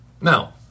Now